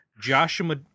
joshua